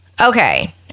Okay